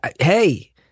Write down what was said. hey